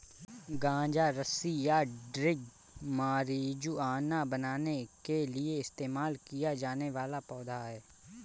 गांजा रस्सी या ड्रग मारिजुआना बनाने के लिए इस्तेमाल किया जाने वाला पौधा है